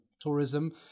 tourism